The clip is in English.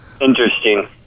Interesting